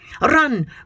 Run